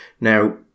Now